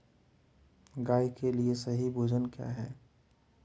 गाय के लिए सही भोजन क्या है?